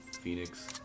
Phoenix